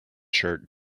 shirt